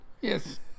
Yes